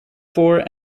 for